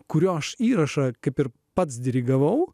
kurio aš įrašą kaip ir pats dirigavau